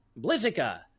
Blizzica